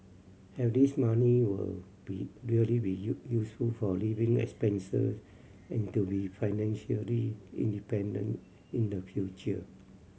have this money will be really be useful for living expense and to be financially independent in the future